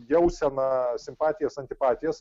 jauseną simpatijas antipatijas